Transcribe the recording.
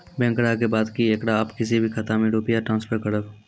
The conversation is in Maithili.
बैंक ग्राहक के बात की येकरा आप किसी भी खाता मे रुपिया ट्रांसफर करबऽ?